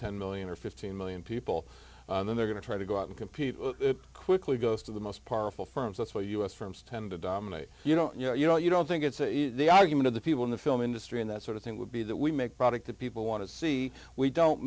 ten million or fifteen million people then they're going to try to go out and compete quickly ghost of the most powerful firms that's where u s firms tend to dominate you know you know you don't think it's the argument of the people in the film industry and that sort of thing would be that we make product that people want to see we don't